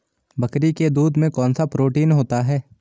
बकरी के दूध में कौनसा प्रोटीन होता है?